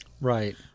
Right